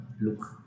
look